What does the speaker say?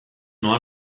noa